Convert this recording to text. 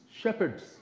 shepherds